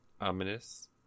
ominous